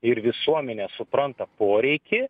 ir visuomenė supranta poreikį